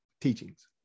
teachings